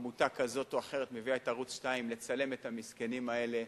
שעמותה כזאת או אחרת מביאה את ערוץ-2 לצלם את המסכנים האלה.